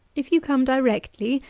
if you come directly,